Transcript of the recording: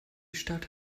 stadt